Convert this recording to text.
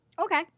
Okay